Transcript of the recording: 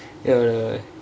ya no no